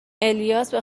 الیاس، به